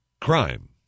crime